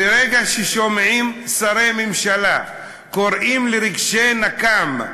ברגע ששומעים שרי ממשלה קוראים מתוך רגשי נקם,